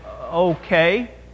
okay